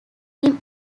him